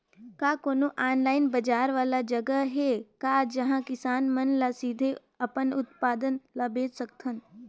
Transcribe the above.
का कोनो ऑनलाइन बाजार वाला जगह हे का जहां किसान मन ल सीधे अपन उत्पाद ल बेच सकथन?